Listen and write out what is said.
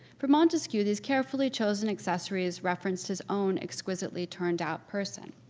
for montesquiou, these carefully chosen accessories referenced his own exquisitely turned out person.